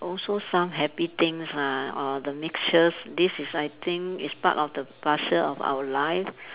also some happy things lah or the mixture this is I think is part of the parcel of our life